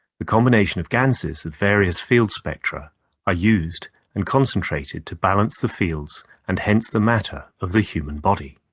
the combination of ganses and various field spectra are used and concentrated to balance the fields, and hence the matter of the human body.